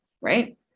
right